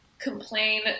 complain